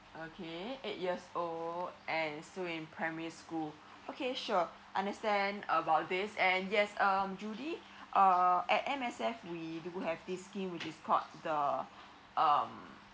okay eight years old and still in primary school okay sure understand about this and yes um judy uh at M_S_F we do have this scheme which is called the um